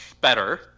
better